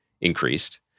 increased